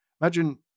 Imagine